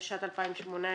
התשע"ט-2018,